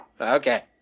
Okay